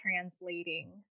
translating